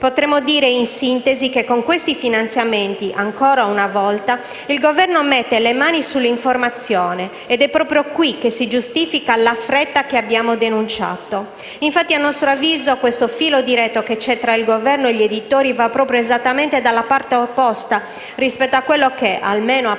Potremmo dire, in sintesi, che con questi finanziamenti, ancora una volta, il Governo mette le mani sull'informazione, ed è proprio qui che si giustifica la fretta che abbiamo denunciato. Infatti, a nostro avviso, il filo diretto che c'è tra il Governo e gli editori va proprio esattamente dalla parte opposta rispetto a quello che, almeno a parole,